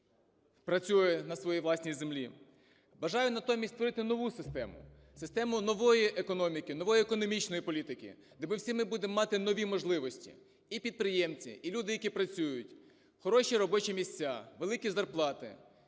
працює на своїй власній землі. Бажаю натомість створити нову систему - систему нової економіки, нової економічної політики, де всі ми будемо мати нові можливості, і підприємці, і люди, які працюють, хороші робочі місця, великі зарплати,